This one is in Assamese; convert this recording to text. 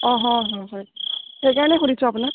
অ' হয় হয় সেইকাৰণে সুধিছোঁ আপোনাক